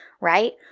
right